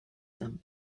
them